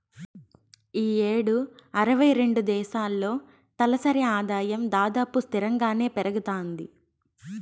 ఈ యేడు అరవై రెండు దేశాల్లో తలసరి ఆదాయం దాదాపు స్తిరంగానే పెరగతాంది